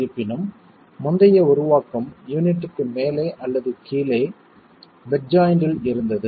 இருப்பினும் முந்தைய உருவாக்கம் யூனிட்க்கு மேலே அல்லது கீழே பெட் ஜாய்ன்ட்டில் இருந்தது